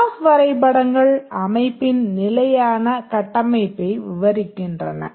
class வரைபடங்கள் அமைப்பின் நிலையான கட்டமைப்பை விவரிக்கின்றன